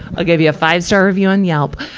i'll give you a five-star review on yelp.